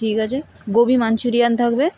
ঠিক আছে গোবি মাঞ্চুরিয়ান থাকবে